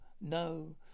no